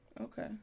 Okay